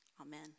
Amen